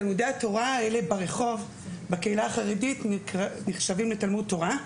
תלמודי התורה האלה ברחוב בקהילה החרדית נחשבים לתלמוד תורה.